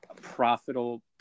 profitable